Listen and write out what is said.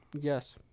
Yes